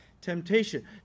temptation